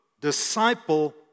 disciple